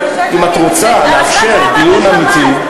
אם את רוצה לאפשר דיון אמיתי,